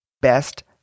best